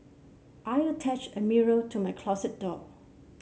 I attached a mirror to my closet door